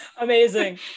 Amazing